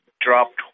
dropped